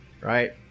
right